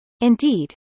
Indeed